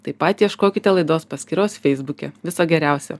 taip pat ieškokite laidos paskyros feisbuke viso geriausio